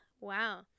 wow